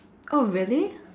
oh really